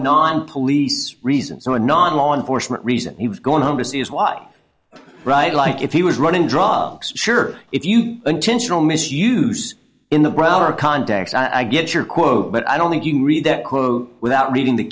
non police reason so a non law enforcement reason he was going home this is why right like if he was running drugs sure if you intentional misuse in the browser context i get your quote but i don't think you read that quote without reading the